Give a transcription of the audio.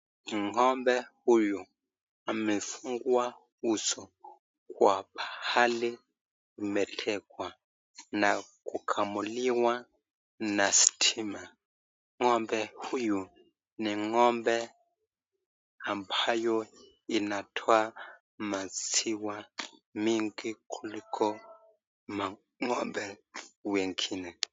Ngombe huyu amefukwa uso Kwa pahali imetekwa na kukamuliwa na kukamuliwa na sitima ngombe huyu ni ngombe ambayo inatoa maziwa mingi kuliko mangombe wengine.